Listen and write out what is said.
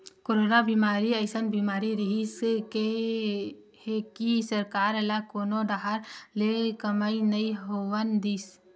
corona बेमारी अइसन बीमारी रिहिस हे कि सरकार ल कोनो डाहर ले कमई नइ होवन दिस